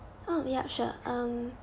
oh ya sure um